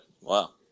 Wow